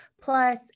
plus